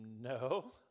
no